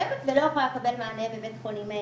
צעירה שרשומה בכתובת מסוימת ולא יכולה לקבל מענה בבית חולים.